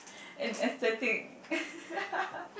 and aesthetic